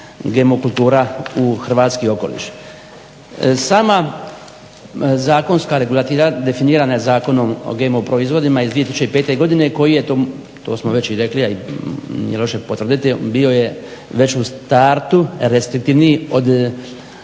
GMO kultura u hrvatski okoliš. Sama zakonska regulativa definirana je Zakonom o GMO proizvodima iz 2005. godine koji je, to smo već i rekli, a i nije loše potvrditi, bio je već u startu restriktivniji od